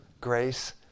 grace